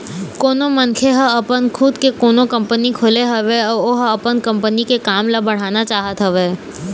कोनो मनखे ह अपन खुद के कोनो कंपनी खोले हवय अउ ओहा अपन कंपनी के काम ल बढ़ाना चाहत हवय